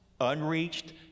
unreached